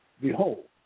behold